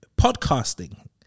podcasting